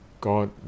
God